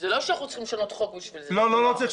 לא צריך לשנות חוק.